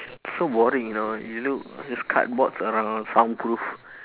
so boring you know you look just cardboards around soundproof